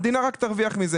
המדינה רק תרוויח מזה.